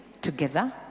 together